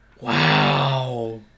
Wow